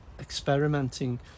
experimenting